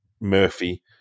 Murphy